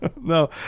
No